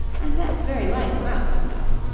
and that's very like a mouse, you know.